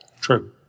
True